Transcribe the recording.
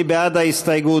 מי בעד ההסתייגות?